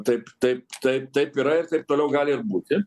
taip taip taip taip yra ir taip toliau gali ir būti